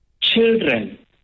children